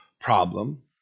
problem